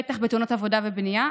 בטח בתאונות עבודה בבנייה.